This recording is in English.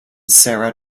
sarah